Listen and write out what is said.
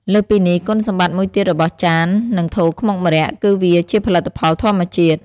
លើសពីនេះ គុណសម្បត្តិមួយទៀតរបស់ ចាន និងថូខ្មុកម្រ័ក្សណ៍គឺវា ជាផលិតផលធម្មជាតិ។